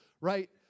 right